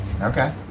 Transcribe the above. Okay